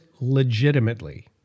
legitimately